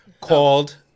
called